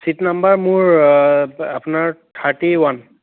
seat number আপোনাৰ মোৰ আপোনাৰ থাৰ্টি ওৱান